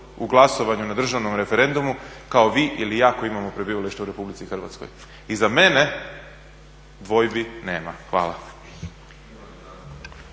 u glasovanju na državnom referendumu kao vi ili ja koji imamo prebivalište u Republici Hrvatskoj i za mene dvojbi nema. Hvala.